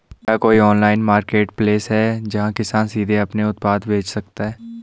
क्या कोई online marketplace है, जहां किसान सीधे अपने उत्पाद बेच सकते हैं?